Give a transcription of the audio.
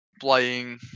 playing